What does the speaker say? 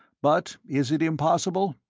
but is it impossible?